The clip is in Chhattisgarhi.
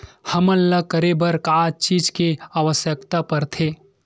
हमन ला करे बर का चीज के आवश्कता परथे?